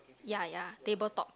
ya ya table top